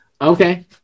okay